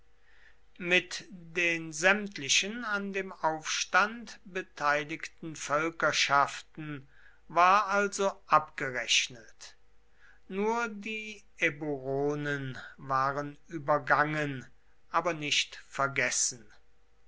mit den sämtlichen an dem aufstand beteiligten völkerschaften war also abgerechnet nur die eburonen waren übergangen aber nicht vergessen